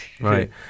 right